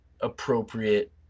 appropriate